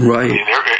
Right